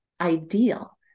ideal